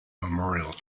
memorial